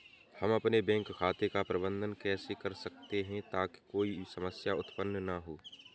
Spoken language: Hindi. हम अपने बैंक खाते का प्रबंधन कैसे कर सकते हैं ताकि कोई समस्या उत्पन्न न हो?